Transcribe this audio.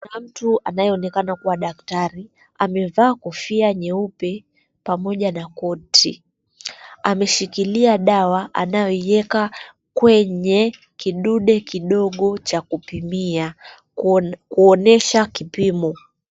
Kuna mtu anayeonekana kuwa daktari, amevaa kofia nyeupe pamoja na koti. Ameshikilia dawa anayoieka kwenye kidude kidogo cha kupimia kuonyesha kipimo.